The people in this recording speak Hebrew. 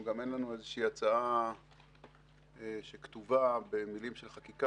גם אין לנו איזושהי הצעה כתובה במילים של חקיקה.